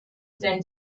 them